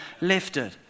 lifted